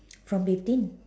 from within